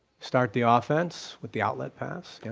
start the ah offense with the outlet pass, yep.